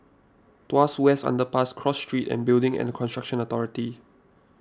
Tuas West Underpass Cross Street and Building and Construction Authority